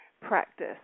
practice